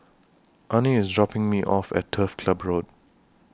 Arne IS dropping Me off At Turf Club Road